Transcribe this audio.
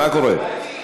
מה קורה?